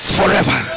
forever